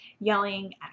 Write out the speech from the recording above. yelling